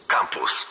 Campus